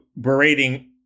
berating